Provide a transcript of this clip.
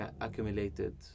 accumulated